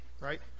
right